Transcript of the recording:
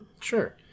Sure